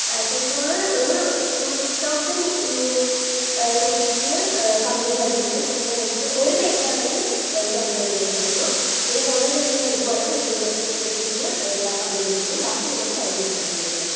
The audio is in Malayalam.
പെട്രോൾ ഒരു ടൂ തൗസന്റ് റുപ്പീസിന് കമ്പനി അടിച്ച് തരും പിന്നെ നിങ്ങൾക്ക് ഒരു ഡേയ്ക്ക് ആണെങ്കിൽ ഒരു അഞ്ഞൂറ് രൂപയ്ക്ക് അടിച്ച് തരികയുള്ളൂ പിന്നെ കുറേ ഡേയ്സ് ഒക്കെ എടുക്കുവാണെങ്കിൽ ഒരു ടൂ തൗസന്റ് റുപ്പീസിനു ഇവിടെ കമ്പനി അടിച്ച് തരും ബാക്കി നിങ്ങൾ കന്നെടുത്ത് അടിക്കേണ്ടി വരും മാഡം